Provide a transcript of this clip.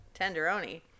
tenderoni